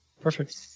Perfect